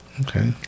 Okay